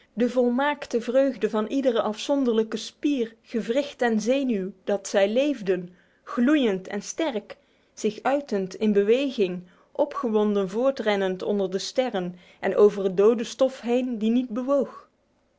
de volmaakte vreugde van iedere afzonderlijke spier gewricht en zenuw dat zij leefden gloeiend en sterk zich uitend in beweging opgewonden voortrennend onder de sterren en over dode stof heen die niet bewoog